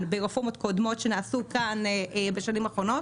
ברפורמות קודמות שנעשו בשנים האחרונות,